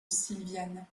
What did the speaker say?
silviane